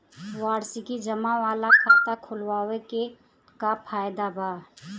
वार्षिकी जमा वाला खाता खोलवावे के का फायदा बा?